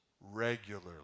regularly